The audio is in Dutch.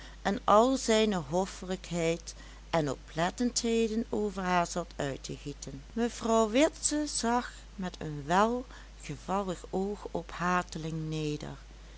en al zijne hoffelijkheid en oplettendheden over haar zat uit te gieten mevrouw witse zag met een welgevallig oog op hateling neder